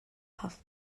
puff